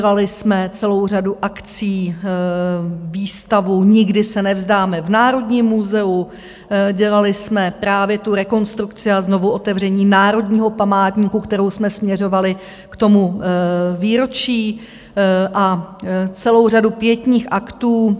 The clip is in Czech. Dělali jsme celou řadu akcí, výstavu Nikdy se nevzdáme v Národním muzeu, dělali jsme právě tu rekonstrukci a znovuotevření Národního památníku, kterou jsme směřovali k tomu výročí, a celou řadu pietních aktů.